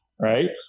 Right